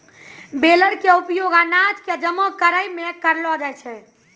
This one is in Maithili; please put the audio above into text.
बेलर के उपयोग अनाज कॅ जमा करै मॅ करलो जाय छै